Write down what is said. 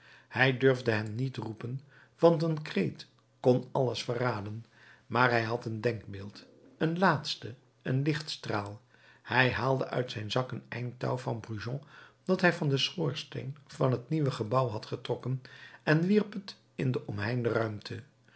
hij durfde hen niet roepen want een kreet kon alles verraden maar hij had een denkbeeld een laatste een lichtstraal hij haalde uit zijn zak het eind touw van brujon dat hij van den schoorsteen van het nieuwe gebouw had getrokken en wierp het in de omheinde ruimte